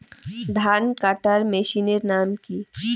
ধান কাটার মেশিনের নাম কি?